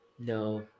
no